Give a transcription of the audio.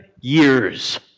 years